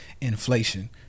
inflation